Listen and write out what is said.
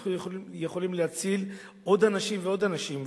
אנחנו יכולים להציל עוד אנשים ועוד אנשים,